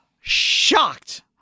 shocked